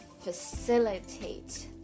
facilitate